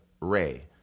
Ray